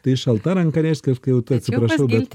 tai šalta ranka reiškias kai jau tai atsiprašau bet